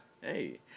Hey